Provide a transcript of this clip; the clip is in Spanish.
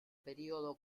período